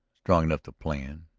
strong enough to plan.